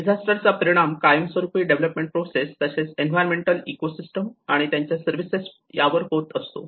disaster चा परिणाम कायमस्वरूपी डेव्हलपमेंट प्रोसेस तसेच एन्व्हायरमेंट इकोसिस्टम आणि त्यांच्या सर्विसेस यावर होत असतो